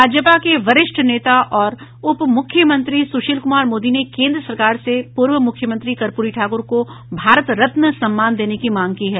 भाजपा के वरिष्ठ नेता और उप मुख्यमंत्री सुशील कुमार मोदी ने केन्द्र सरकार से पूर्व मूख्यमंत्री कर्पूरी ठाकूर को भारत रत्न सम्मान देने की मांग की है